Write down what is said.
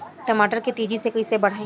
टमाटर के तेजी से कइसे बढ़ाई?